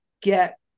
get